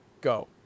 Go